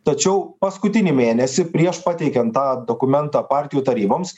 tačiau paskutinį mėnesį prieš pateikiant tą dokumentą partijų taryboms